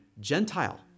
Gentile